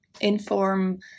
inform